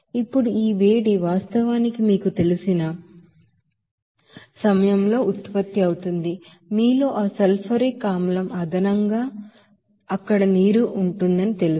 ఇప్పుడు ఈ వేడి వాస్తవానికి మీకు తెలిసిన సమయంలో ఉత్పత్తి అవుతుంది మీలో ఆ సల్ఫ్యూరిక్ ಆಸಿಡ್ఆమ్లం అదనంగా అక్కడ నీరు తెలుసు